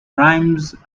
rhymes